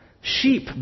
sheep